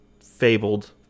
fabled